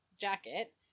jacket